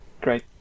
Great